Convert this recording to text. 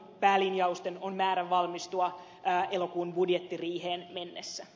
päälinjausten on määrä valmistua elokuun budjettiriiheen mennessä